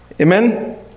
Amen